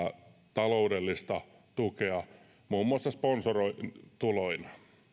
taloudellista tukea muun muassa sponsorituloin